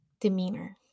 demeanor